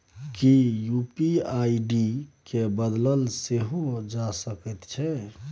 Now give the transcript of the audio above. कि UPI ID केँ बदलल सेहो जा सकैत छै?